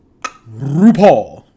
RuPaul